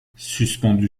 suspendu